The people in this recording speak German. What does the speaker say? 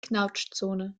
knautschzone